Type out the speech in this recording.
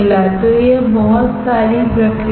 तो यह बहुत सारी प्रक्रिया है